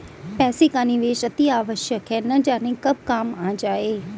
पैसे का निवेश अतिआवश्यक है, न जाने कब काम आ जाए